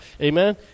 Amen